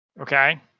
okay